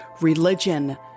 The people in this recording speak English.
religion